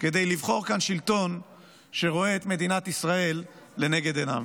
כדי לבחור כאן שלטון שרואה את מדינת ישראל לנגד עיניו.